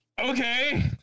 okay